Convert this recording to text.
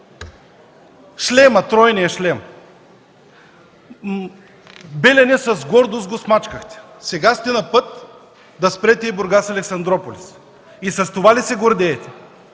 крачки. Тройният шлем – „Белене”, с гордост го смачкахте, сега сте на път да спрете и „Бургас – Александруполис”. И с това ли се гордеете?!